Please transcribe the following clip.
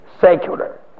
secular